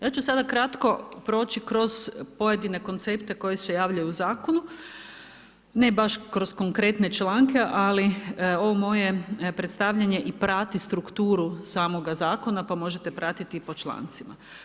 Ja ću sada kratko proći kroz pojedine koncepte koji se javljaju u zakonu, ne baš kroz konkretne članke, ali ovo moje predstavljanje i prati strukturu samoga zakona pa možete pratiti po člancima.